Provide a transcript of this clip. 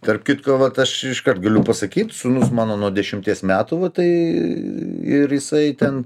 tarp kitko vat aš iškart galiu pasakyt sūnus mano nuo dešimties metų va tai ir jisai ten